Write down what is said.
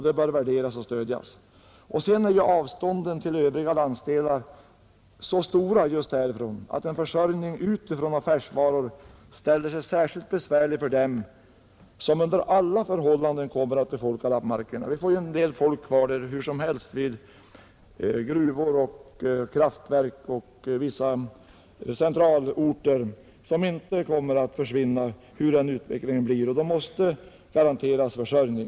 Det bör värderas och stödjas. Avståndet till övriga landsdelar är också så stort att en försörjning utifrån av färskvaror ställer sig särskilt besvärlig för dem som under alla förhållanden kommer att befolka lappmarkerna. Det kommer dock att bo kvar en del människor — sådana som arbetar i gruvor och kraftverk; vissa centralorter kommer inte heller att försvinna hurudan utvecklingen än blir. Och de måste garanteras försörjning.